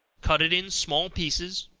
cut it in small pieces,